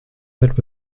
but